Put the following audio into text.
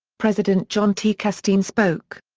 president john t. casteen spoke.